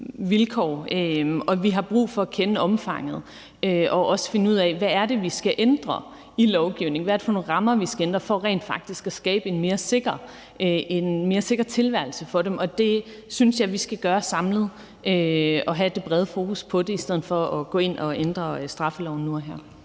vilkår. Vi har brug for at kende omfanget og også finde ud af, hvad det er, vi skal ændre i lovgivningen, og hvad det er for nogle rammer, vi skal ændre for rent faktisk at skabe en mere sikker tilværelse for dem, og jeg synes, at vi skal gøre det samlet og have det brede fokus på det i stedet for at gå ind og ændre straffeloven nu og her.